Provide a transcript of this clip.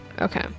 Okay